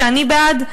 ואני בעד.